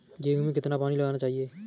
गेहूँ में कितना पानी लगाना चाहिए?